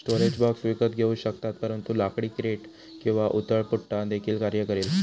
storage box विकत घेऊ शकतात परंतु लाकडी क्रेट किंवा उथळ पुठ्ठा देखील कार्य करेल